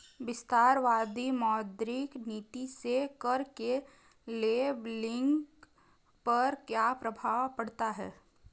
विस्तारवादी मौद्रिक नीति से कर के लेबलिंग पर क्या प्रभाव पड़ता है?